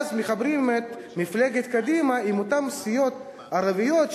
ואז מחברים את מפלגת קדימה עם אותן סיעות ערביות,